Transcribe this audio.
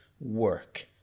work